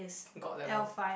god level